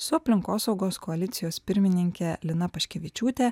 su aplinkosaugos koalicijos pirmininke lina paškevičiūte